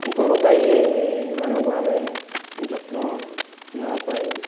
ଗୋରୁଗାଈ ଏହିମାନଙ୍କୁ ଆମେ ଯତ୍ନ ନେବା ପାଇଁ